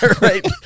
right